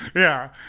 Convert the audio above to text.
yeah.